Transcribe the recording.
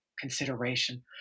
consideration